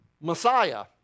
Messiah